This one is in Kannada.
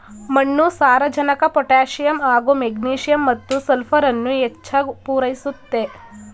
ಮಣ್ಣು ಸಾರಜನಕ ಪೊಟ್ಯಾಸಿಯಮ್ ಹಾಗೂ ಮೆಗ್ನೀಸಿಯಮ್ ಮತ್ತು ಸಲ್ಫರನ್ನು ಹೆಚ್ಚಾಗ್ ಪೂರೈಸುತ್ತೆ